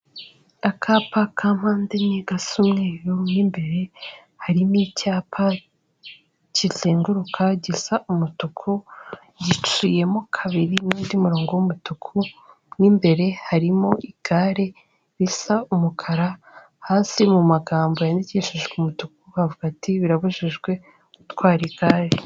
Akapa ka mpande enye gasa umweru, mo imbere harimo icyapa kizenguruka gisa umutuku, giciyemo kabiri n'undi murongo w'umutuku, mo imbere harimo igare, risa umukara, hasi mu magambo yandikishijwe umutuku havuga haati "birabujijwe gutwara igare."